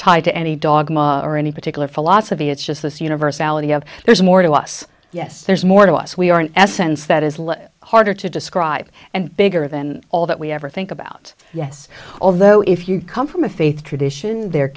tied to any dog or any particular philosophy it's just this universe ality of there's more to us yes there's more to us we are an essence that is less harder to describe and bigger than all that we ever think about yes although if you come from a faith tradition there